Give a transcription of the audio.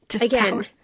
Again